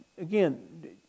Again